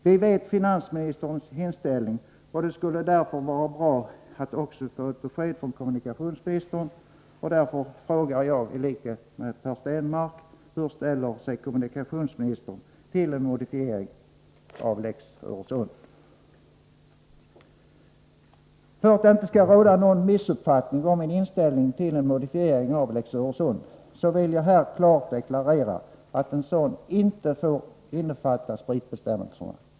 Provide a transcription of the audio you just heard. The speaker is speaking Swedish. Vi känner till finansministerns inställning, och det skulle därför vara bra att också få ett besked från kommunikationsministern. Därför frågar jag i likhet med Per Stenmarck: Hur ställer sig kommunikationsministern till en modifiering av lex Öresund? För att det inte skall råda någon missuppfattning om min inställning till en modifiering av lex Öresund vill jag här klart deklarera att en sådan inte får innefatta spritbestämmelserna.